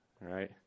right